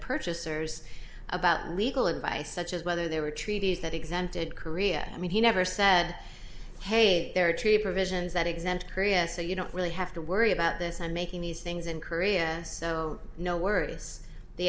purchasers about legal advice such as whether they were treaties that exempted korea i mean he never said hey there are two provisions that exempt korea so you don't really have to worry about this and making these things in korea so no worries the